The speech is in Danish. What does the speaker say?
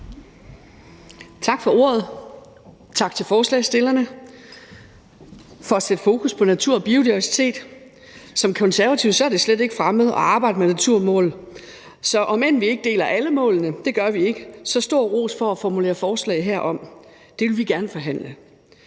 Tak for ordet, og tak til forslagsstillerne for at sætte fokus på natur og biodiversitet. Som konservativ er det slet ikke fremmed at arbejde med naturmål, så om end vi ikke deler alle målene – det gør vi ikke – så stor ros for at formulere forslag herom. Det vil vi gerne forhandle.